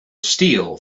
steel